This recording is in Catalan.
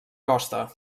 costa